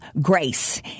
grace